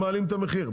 הם מעלים את העניין.